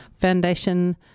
Foundation